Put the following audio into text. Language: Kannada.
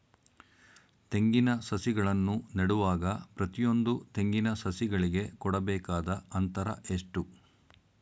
ತೆಂಗಿನ ಸಸಿಗಳನ್ನು ನೆಡುವಾಗ ಪ್ರತಿಯೊಂದು ತೆಂಗಿನ ಸಸಿಗಳಿಗೆ ಕೊಡಬೇಕಾದ ಅಂತರ ಎಷ್ಟು?